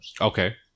Okay